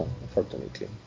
unfortunately